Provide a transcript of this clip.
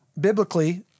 Biblically